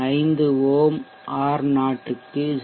5 ohm R0 க்கு 0